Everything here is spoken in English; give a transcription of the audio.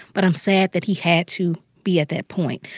but i'm sad that he had to be at that point.